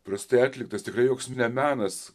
prastai atliktas tikrai joks menas